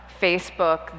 Facebook